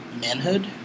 manhood